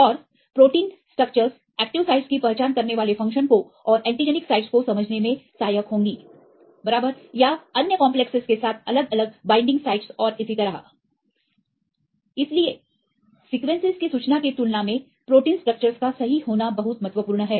और protein structures active साइटों की पहचान करने वाले फ़ंक्शन को और एंटीजेनिक साइटों को समझने में सहायक होंगी बराबर या अन्य कंपलेक्सेस के साथ अलग अलग बाइंडिंग साइटस और इसी तरह इसलिए सीक्वेंसेस की सूचना की तुलना में प्रोटीन की स्ट्रक्चर्स का सही होना बहुत महत्वपूर्ण है